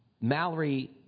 Mallory